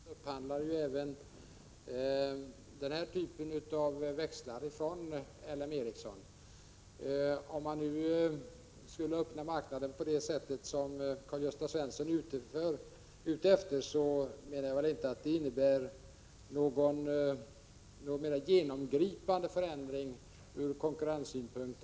Fru talman! Det finns på flera områden ett visst samarbete mellan televerket och Ericsson, och televerket upphandlar även den här typen av växlar från Ericsson. Om man nu skulle öppna marknaden på det sätt som Karl-Gösta Svenson är ute efter innebär det inte någon genomgripande förändring ur konkurrenssynpunkt.